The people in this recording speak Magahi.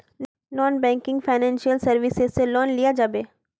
नॉन बैंकिंग फाइनेंशियल सर्विसेज से लोन लिया जाबे?